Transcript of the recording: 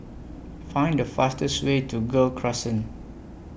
Find The fastest Way to Gul Crescent